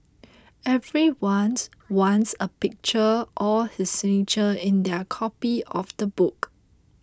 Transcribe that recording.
every once wants a picture or his signature in their copy of the book